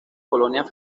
colonias